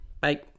Bye